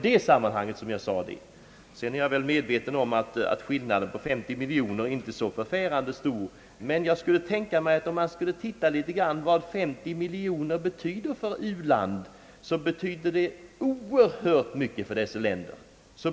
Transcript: Jag är medveten om att en skillnad på 50 miljoner kronor inte i och för sig är så stor, men om man tittar på vad detta belopp betyder, finner man att det har en oerhörd betydelse för dessa länder.